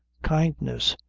kindness!